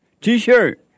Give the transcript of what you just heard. T-shirt